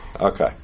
Okay